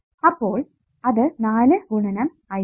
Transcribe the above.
അപ്പോൾ അത് 4 ഗുണനം I1